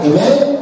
Amen